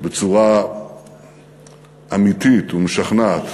בצורה אמיתית ומשכנעת.